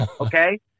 Okay